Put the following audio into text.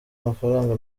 amafaranga